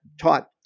taught